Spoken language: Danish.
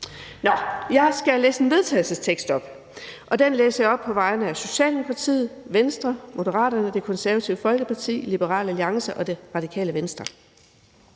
Jeg skal læse en vedtagelsestekst op. Jeg skal på vegne af Socialdemokratiet, Venstre, Moderaterne, Det Konservative Folkeparti, Liberal Alliance og Radikale Venstre